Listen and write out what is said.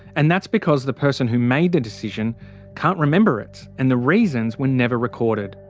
and that's because the person who made the decision can't remember it and the reasons were never recorded.